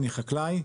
אני חקלאי,